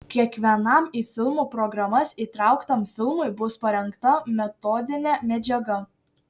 kiekvienam į filmų programas įtrauktam filmui bus parengta metodinė medžiaga